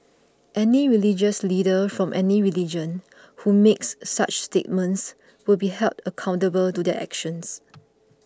any religious leader from any religion who makes such statements will be held accountable to their actions